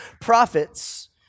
prophets